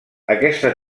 aquesta